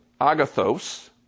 agathos